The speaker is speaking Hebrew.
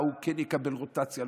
ההוא כן יקבל רוטציה,